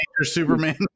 Superman